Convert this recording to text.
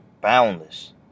boundless